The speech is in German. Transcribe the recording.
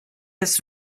des